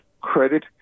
credit –